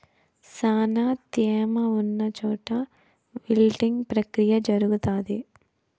శ్యానా త్యామ ఉన్న చోట విల్టింగ్ ప్రక్రియ జరుగుతాది